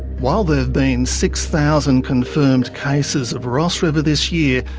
while there've been six thousand confirmed cases of ross river this year,